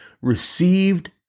received